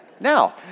now